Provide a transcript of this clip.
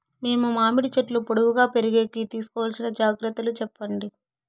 మేము మామిడి చెట్లు పొడువుగా పెరిగేకి తీసుకోవాల్సిన జాగ్రత్త లు చెప్పండి?